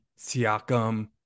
Siakam